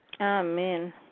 Amen